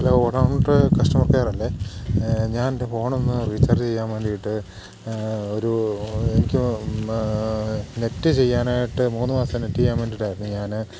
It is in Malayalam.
ഹലോ ഒടാഫോണിൻ്റെ കസ്റ്റമർ കെയർ അല്ലേ ഞാൻ എൻ്റെ ഫോണ് ഒന്ന് റീചാർജ് ചെയ്യാൻ വേണ്ടിയിട്ട് ഒരു എനിക്ക് നെറ്റ് ചെയ്യാനായിട്ട് മൂന്ന് മാസത്തെ നെറ്റ് ചെയ്യാൻ വേണ്ടിയിട്ടായിരുന്നു ഞാൻ